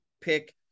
pick